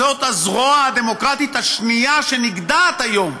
זאת הזרוע הדמוקרטית השנייה שנגדעת היום,